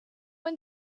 and